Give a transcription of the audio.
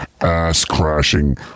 ass-crashing